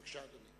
בבקשה, אדוני.